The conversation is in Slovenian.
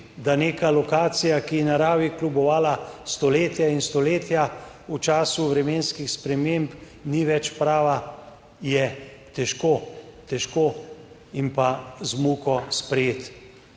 da neka lokacija, ki je naravi kljubovala stoletja in stoletja, v času vremenskih sprememb ni več prava, je težko, težko in pa z muko sprejeti.